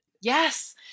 Yes